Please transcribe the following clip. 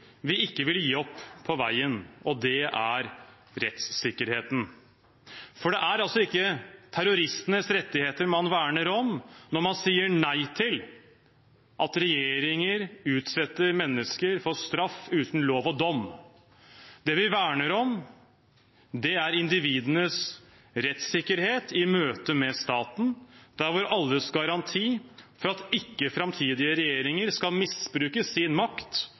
vi ikke vil gi opp på veien, og det er rettssikkerheten. For det er altså ikke terroristenes rettigheter man verner om når man sier nei til at regjeringer utsetter mennesker for straff uten lov og dom. Det vi verner om, er individenes rettssikkerhet i møte med staten, hvor alle skal ha garanti for at ikke framtidige regjeringer skal misbruke sin makt